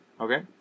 Okay